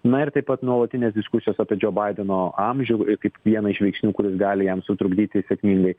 na ir taip pat nuolatinės diskusijos apie džou baideno amžių kaip vieną iš veiksnių kuris gali jam sutrukdyti sėkmingai